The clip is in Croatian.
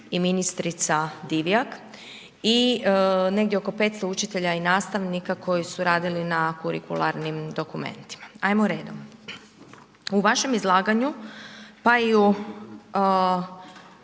i ministrica Divjak i negdje oko 500 učitelja i nastavnika koji su radili na kurikularnim dokumentima. Ajmo redom. U vašem izlaganju pa i u